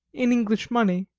in english money.